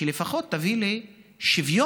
שלפחות תביא לשוויון